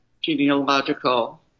genealogical